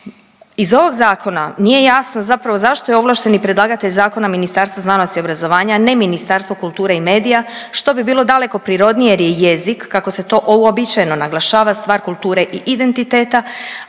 Iz ovog zakona nije jasno zapravo zašto je ovlašteni predlagatelj zakona Ministarstvo znanosti i obrazovanja, a ne Ministarstvo kulture i medija što bi bilo daleko prirodnije jer je jezik kako se to uobičajeno naglašava stvar kulture i identiteta,